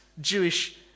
Jewish